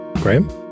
Graham